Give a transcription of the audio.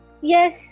yes